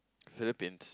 Philippines